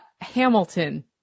Hamilton